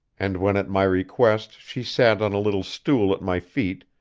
and when at my request she sat on a little stool at my feet,